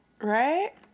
Right